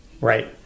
right